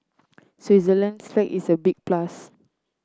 Switzerland's flag is a big plus